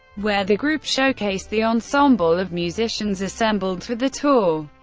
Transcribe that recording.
where the group showcased the ensemble of musicians assembled for the tour.